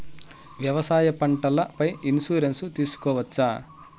వ్యవసాయ పంటల పై ఇన్సూరెన్సు తీసుకోవచ్చా?